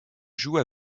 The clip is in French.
joue